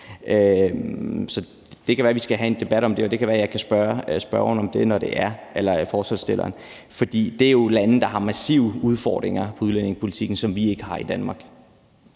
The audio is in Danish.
Så det kan være, at vi skal have en debat om det, og det kan være, at jeg kan spørge ordføreren for forslagsstillerne om det, for det er jo lande, der har massive udfordringer med udlændingepolitikken, hvilket vi ikke har i Danmark.